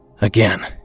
Again